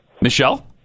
Michelle